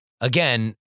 Again